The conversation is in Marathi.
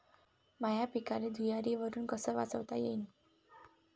माह्या पिकाले धुयारीपासुन कस वाचवता येईन?